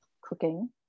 cooking